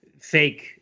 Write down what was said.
fake